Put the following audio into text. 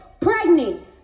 Pregnant